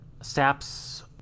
saps